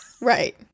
Right